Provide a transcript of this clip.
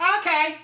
Okay